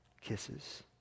kisses